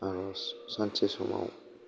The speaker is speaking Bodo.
आर'ज सानसे समाव